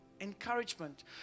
encouragement